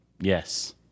Yes